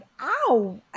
ow